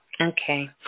Okay